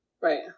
right